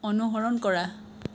অনুসৰণ কৰা